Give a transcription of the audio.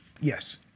Yes